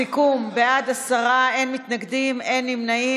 סיכום: בעד, עשרה, אין מתנגדים, אין נמנעים.